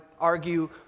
argue